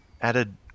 added